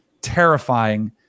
terrifying